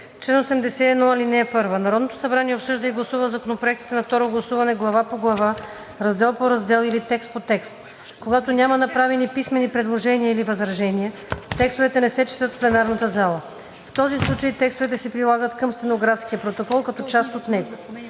„Чл. 80. (1) Народното събрание обсъжда и гласува законопроектите на второ гласуване глава по глава, раздел по раздел или текст по текст. Когато няма направени писмени предложения или възражения, текстовете не се четат в пленарната зала. В този случай текстовете се прилагат към стенографския протокол като част от него.